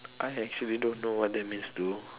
I actually don't know what's that means though